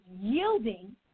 yielding